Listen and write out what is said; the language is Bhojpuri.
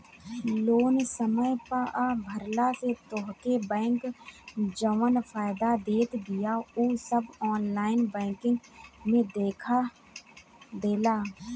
लोन समय पअ भरला से तोहके बैंक जवन फायदा देत बिया उ सब ऑनलाइन बैंकिंग में देखा देला